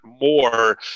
more